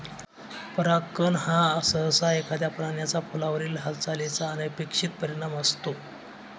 परागकण हा सहसा एखाद्या प्राण्याचा फुलावरील हालचालीचा अनपेक्षित परिणाम असतो